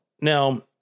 Now